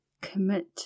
commit